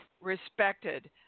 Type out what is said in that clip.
respected